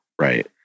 Right